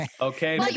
Okay